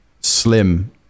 slim